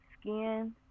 Skin